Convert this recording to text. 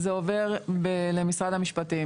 זה עובר למשרד המשפטים.